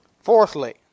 Fourthly